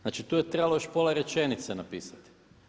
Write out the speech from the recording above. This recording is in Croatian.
Znači tu je trebalo još pola rečenice napisati.